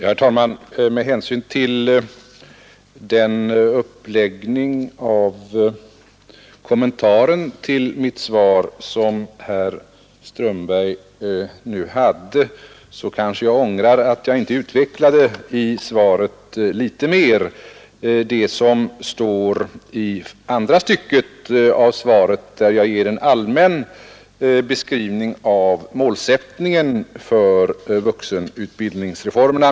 Herr talman! Med hänsyn till herr Strömbergs upplä kommentaren till mitt svar ångrar jag något att jag inte utvecklade litet mer det som står i andra stycket av svaret, där jag ger en allmän beskrivning av målsättningen för vuxenutbildningsreformerna.